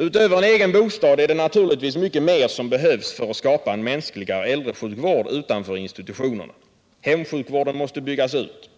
Utöver en egen bostad är det naturligtvis mycket mer som behövs för att skapa en mänskligare sjukvård utanför institutionerna. Hemsjukvården måste byggas ut.